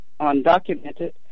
undocumented